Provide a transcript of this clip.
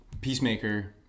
Peacemaker